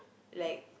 like